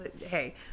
hey